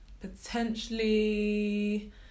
potentially